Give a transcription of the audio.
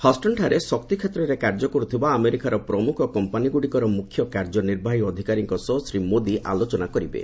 ହଷ୍ଟନ୍ଠାରେ ଶକ୍ତି କ୍ଷେତ୍ରରେ କାର୍ଯ୍ୟ କର୍ ଥବା ଆମେରିକାର ପ୍ରମୁଖ କମ୍ପାନୀଗୁଡ଼ିକର ମୁଖ୍ୟ କାର୍ଯ୍ୟନିବାହୀ ଅଧିକାରୀଙ୍କ ସହ ଶ୍ରୀ ମୋଦୀ ଆଲୋଚନା କରିବେ